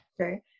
Okay